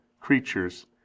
creatures